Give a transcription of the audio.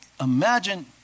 imagine